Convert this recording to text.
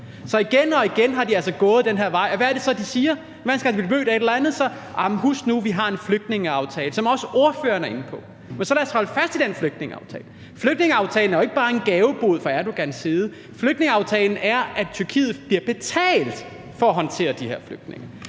Så igen og igen er de altså gået den her vej, og hvad er det så, de siger, hver gang de bliver mødt af et eller andet? De siger: Husk nu, at vi har en flygtningeaftale. Det er ordføreren også inde på. Men så lad os holde fast i den flygtningeaftale. Flygtningeaftalen er jo ikke bare en gavebod for Erdogan. Flygtningeaftalen går ud på, at Tyrkiet bliver betalt for at håndtere de her flygtninge.